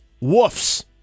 Woofs